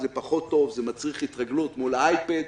זה פחות טוב, זה מצריך התרגלות מול אייפד,